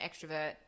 extrovert